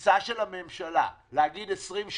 שהתפיסה של הממשלה להגיד 30-20,